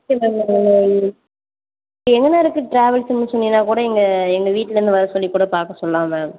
எங்கண இருக்கு ட்ராவல்ஸ் சொன்னிங்கன்னா கூட எங்கள் எங்கள் வீட்டிலருந்து வர சொல்லி கூட பார்க்க சொல்லலாம் மேம்